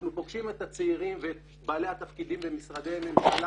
אנחנו פוגשים את הצעירים ובעלי התפקידים במשרדי הממשלה